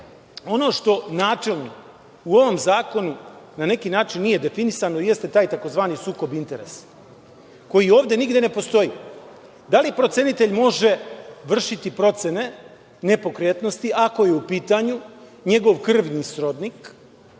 ono što načelno u ovom zakonu na neki način nije definisano, jeste taj takozvani sukob interesa, koji ovde nigde ne postoji. Da li procenitelj može vršiti procene nepokretnosti ako je u pitanju njegov krvni srodnik